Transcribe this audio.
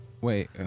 Wait